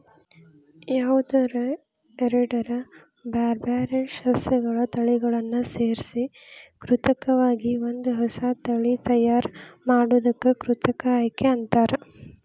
ಯಾವದರ ಎರಡ್ ಬ್ಯಾರ್ಬ್ಯಾರೇ ಸಸ್ಯಗಳ ತಳಿಗಳನ್ನ ಸೇರ್ಸಿ ಕೃತಕವಾಗಿ ಒಂದ ಹೊಸಾ ತಳಿ ತಯಾರ್ ಮಾಡೋದಕ್ಕ ಕೃತಕ ಆಯ್ಕೆ ಅಂತಾರ